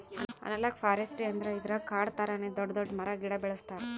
analogue forestry ಅಂದ್ರ ಇದ್ರಾಗ್ ಕಾಡ್ ಥರಾನೇ ದೊಡ್ಡ್ ದೊಡ್ಡ್ ಮರ ಗಿಡ ಬೆಳಸ್ತಾರ್